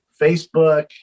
Facebook